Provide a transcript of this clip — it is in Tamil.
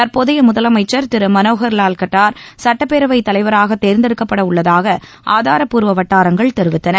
தற்போதைய முதலமைச்ச் திரு மனோஹர்லால் கட்டார் சுட்டப்பேரவைத் தலைவராக தேர்ந்தெடுக்கப்பட உள்ளதாக ஆதாரப்பூர்வ வட்டாரங்கள் தெரிவித்தன